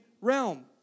realm